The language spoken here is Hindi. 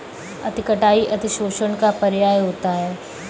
अति कटाई अतिशोषण का पर्याय होता है